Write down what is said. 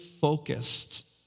focused